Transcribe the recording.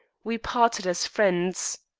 we parted as friends.